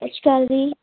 ਸਤਿ ਸ਼੍ਰੀ ਅਕਾਲ ਜੀ